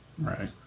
right